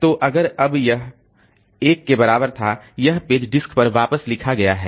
तो अगर अब यह 1 के बराबर था यह पेज डिस्क पर वापस लिखा गया है